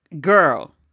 Girl